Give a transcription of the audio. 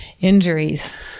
injuries